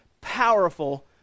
powerful